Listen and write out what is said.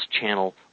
channel